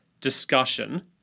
discussion